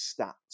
stats